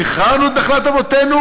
שחררנו את נחלת אבותינו?